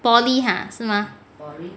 poly ha 是吗